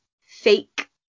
fake